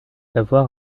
d’avoir